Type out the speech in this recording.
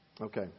Okay